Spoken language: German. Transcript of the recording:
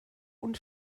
und